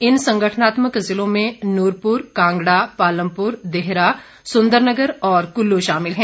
इन संगठनात्मक ज़िलों में नूरपुर कांगड़ा पालमपुर देहरा सुंदरनगर और कुल्लू शामिल है